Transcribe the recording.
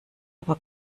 aber